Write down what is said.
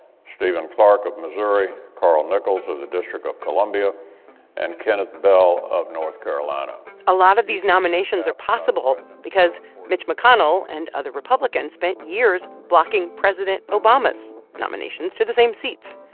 stephen clark of missouri, carl nichols of the district of columbia and kenneth bell of north carolina a lot of these nominations are possible because mitch mcconnell and other republicans spent years blocking president obama's nominations to the same seats.